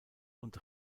und